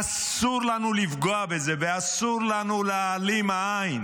אסור לנו לפגוע בזה, ואסור לנו להעלים עין.